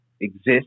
exist